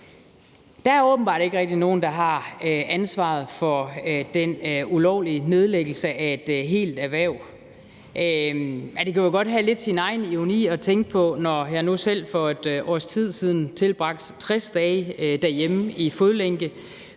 Der er åbenbart ikke rigtig nogen, der har ansvaret for den ulovlige nedlæggelse af et helt erhverv. Det kan jo godt have lidt sin egen ironi at tænke på, at jeg selv for et års tid siden tilbragte 60 dage derhjemme i fodlænke,